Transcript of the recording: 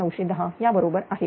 8 1910 या बरोबर आहे